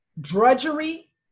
drudgery